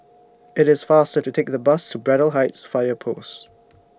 IT IS faster to Take The Bus to Braddell Heights Fire Post